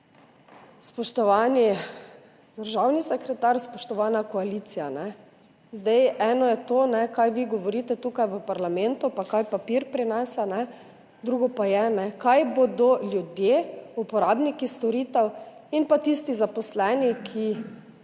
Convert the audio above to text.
Spoštovani državni sekretar, spoštovana koalicija! Eno je to, kaj vi govorite tukaj v parlamentu in kaj prenese papir, drugo pa je, kaj bodo ljudje, uporabniki storitev in pa tisti zaposleni, ki